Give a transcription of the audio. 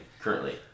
currently